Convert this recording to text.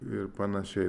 ir panašiai